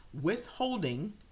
withholding